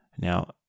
now